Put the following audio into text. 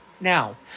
now